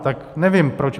Tak nevím proč.